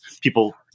people